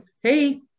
Hey